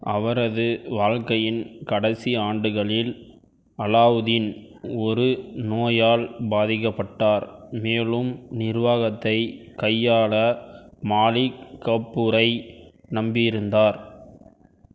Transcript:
அவரது வாழ்க்கையின் கடைசி ஆண்டுகளில் அலாவுதீன் ஒரு நோயால் பாதிக்கப்பட்டார் மேலும் நிர்வாகத்தை கையாள மாலிக் கப்பூரை நம்பியிருந்தார்